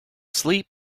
sleep